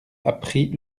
appris